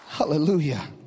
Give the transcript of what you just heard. Hallelujah